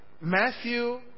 Matthew